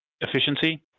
efficiency